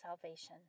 salvation